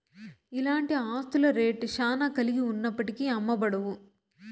ఇలాంటి ఆస్తుల రేట్ శ్యానా కలిగి ఉన్నప్పటికీ అమ్మబడవు